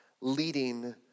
leading